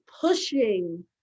pushing